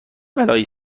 بلایی